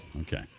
Okay